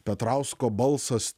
petrausko balsas